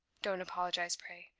don't apologize, pray.